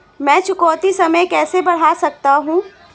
मैं चुकौती समय कैसे बढ़ा सकता हूं?